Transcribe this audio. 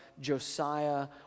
Josiah